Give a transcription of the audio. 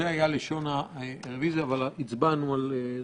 זו היה לשון הרביזיה, אבל הצבענו על זה.